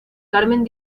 carmen